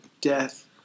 death